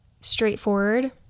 straightforward